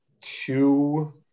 two